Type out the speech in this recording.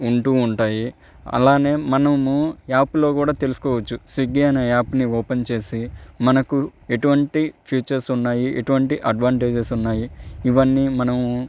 ఉంటూ ఉంటాయి అలానే మనము యాప్లో కూడా తెలుసుకోవచ్చు స్విగ్గీ అనే యాప్ని ఓపెన్ చేసి మనకు ఎటువంటి ఫీచర్స్ ఉన్నాయి ఎటువంటి అడ్వాంటేజెస్ ఉన్నాయి ఇవన్నీ మనము